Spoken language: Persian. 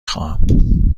خواهم